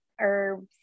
herbs